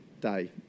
day